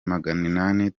maganinani